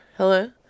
Hello